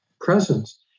presence